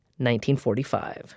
1945